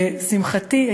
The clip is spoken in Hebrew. לשמחתי,